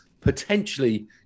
potentially